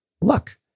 look